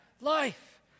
life